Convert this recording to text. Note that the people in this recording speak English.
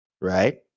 Right